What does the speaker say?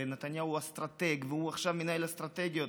ושנתניהו הוא אסטרטג והוא עכשיו מנהל אסטרטגיות.